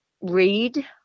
Read